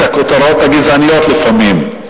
את הכותרות הגזעניות לפעמים,